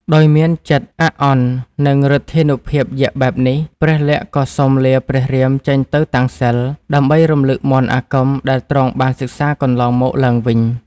ដោយមានចិត្តអាក់អន់ នឹង ឫទ្ធានុភាពយក្សបែបនេះ ព្រះលក្សណ៍ក៏សុំលាព្រះរាមចេញទៅតាំងសិល្ប៍ ដើម្បីរំលឹកមន្តអាគមដែលទ្រង់បានសិក្សាកន្លងមកឡើងវិញ។